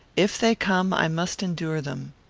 if they come, i must endure them.